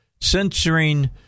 censoring